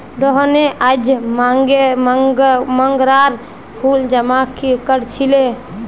रोहिनी अयेज मोंगरार फूल जमा कर छीले